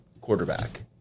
quarterback